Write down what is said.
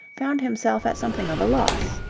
found himself at something of a loss.